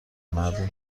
مردم